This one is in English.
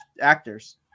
actors